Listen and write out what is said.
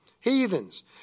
Heathens